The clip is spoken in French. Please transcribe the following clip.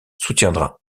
soutiendra